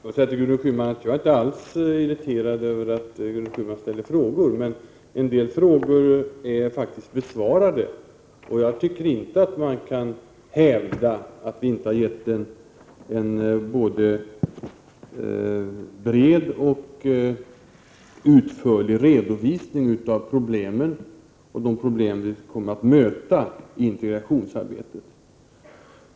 Herr talman! Jag är inte alls irriterad över att Gudrun Schyman ställer frågor. Men en del frågor är faktiskt besvarade, och jag tycker inte att man kan hävda att vi inte har gett en bred och utförlig redovisning av de problem vi kommer att möta i integrationsarbetet.